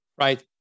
right